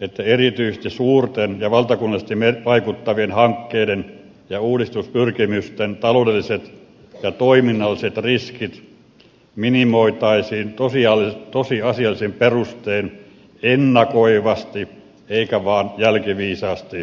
että erityisesti suurten ja valtakunnallisesti vaikuttavien hankkeiden ja uudistuspyrkimysten taloudelliset ja toiminnalliset riskit minimoitaisiin tosiasiallisin perustein ennakoivasti eikä vaan jälkiviisaasti jälkikäteen